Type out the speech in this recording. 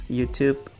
YouTube